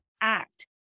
act